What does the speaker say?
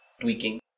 tweaking